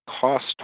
cost